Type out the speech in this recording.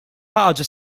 ħaġa